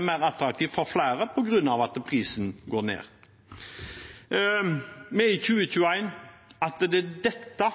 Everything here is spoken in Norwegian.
mer attraktivt for flere, fordi prisen går ned. Vi er i 2021. Er det dette